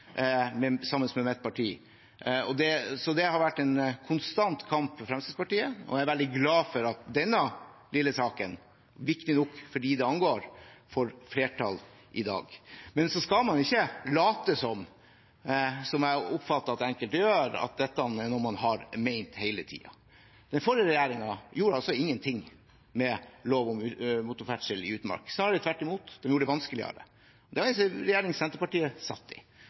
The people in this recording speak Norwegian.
sammen med mitt parti. Det har vært en konstant kamp for Fremskrittspartiet, og jeg er veldig glad for at denne lille saken – viktig nok for dem det angår – får flertall i dag. Så skal man ikke late som, som jeg oppfatter at enkelte gjør, at dette er noe man har ment hele tiden. Den forrige regjeringen gjorde ingenting med lov om motorferdsel i utmark. Snarere tvert imot – den gjorde det vanskeligere. Det var en regjering som Senterpartiet satt i.